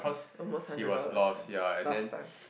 almost hundred dollars last time